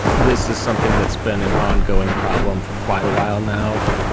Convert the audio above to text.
this is something that's been an ongoing problem for quite a while now.